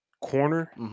corner